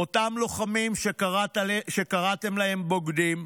על אותם לוחמים שקראתם להם בוגדים,